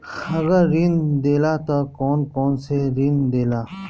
अगर ऋण देला त कौन कौन से ऋण देला?